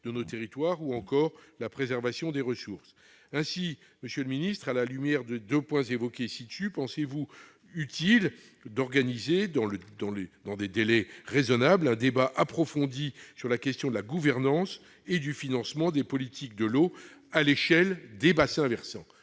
de nos territoires, ou encore la préservation des ressources. Monsieur le ministre, à la lumière des deux points évoqués, pensez-vous utile d'organiser dans des délais raisonnables un débat approfondi sur la question de la gouvernance et du financement des politiques de l'eau à l'échelle des bassins versants ?